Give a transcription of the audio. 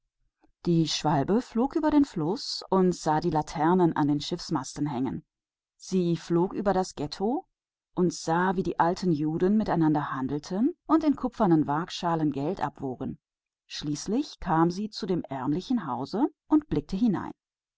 faul er flog über den fluß und sah die laternen an den schiffsmasten er flog über das getto und sah die alten juden miteinander handeln und auf kupfernen waagen das geld wiegen endlich erreichte er das armselige haus und schaute hinein